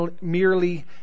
merely